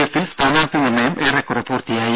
എഫിൽ സ്ഥാനാർത്ഥി നിർണയം ഏറെക്കുറെ പൂർത്തിയായി